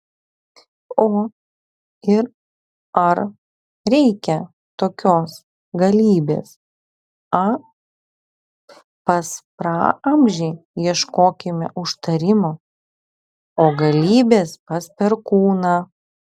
o ir ar reikia tokios galybės a pas praamžį ieškokime užtarimo o galybės pas perkūną